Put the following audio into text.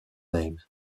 name